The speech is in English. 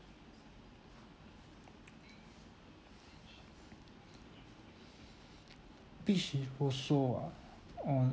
beach is also ah um